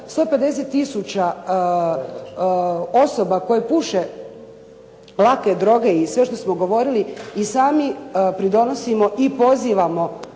150 tisuća osoba koje puše lake droge i sve što smo govorili i sami pridonosimo i pozivamo